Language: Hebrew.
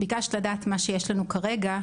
ביקשת לדעת מה שיש לנו כרגע,